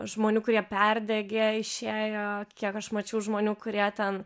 žmonių kurie perdegė išėjo kiek aš mačiau žmonių kurie ten